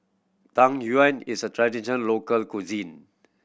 Tang Yuen is a tradition local cuisine